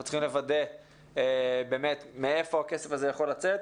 צריכים לוודא מאיפה הכסף הזה יכול לצאת.